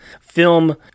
film